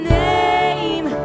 name